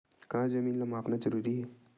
का जमीन ला मापना जरूरी हे?